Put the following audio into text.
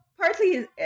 Partly